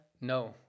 No